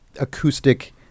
acoustic